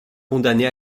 condamnés